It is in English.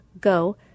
go